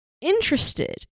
interested